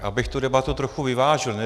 Abych tu debatu trochu vyvážil.